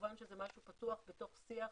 כמובן שזה משהו פתוח בתוך שיח,